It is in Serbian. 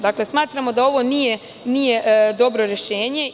Dakle, smatramo da ovo nije dobro rešenje.